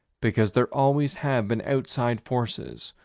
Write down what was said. because there always have been outside forces,